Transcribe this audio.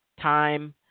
time